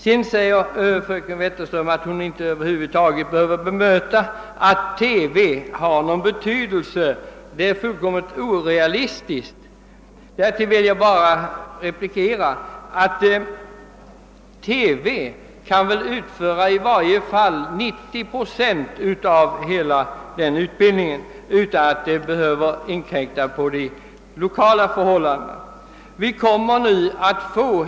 Vidare säger fröken Wetterström att hon över huvud taget inte behöver gå in på förslaget att sprida information via TV. Det skulle vara något fullständigt orealistiskt. Till detta vill jag bara replikera att TV skulle kunna meddela åtminstone 90 procent av utbildningen i självskydd utan att detta behöver inkräkta på de lokala förhållandena.